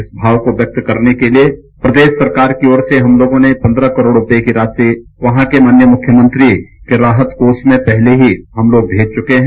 इस भाव को व्यक्त करने के लिए प्रदेश सरकार की ओर से हम लोगों ने पन्दह करोड़ रूपये की राशि वहां के मुख्यमंत्री के राहत कोष में पहले ही भेज चुके हैं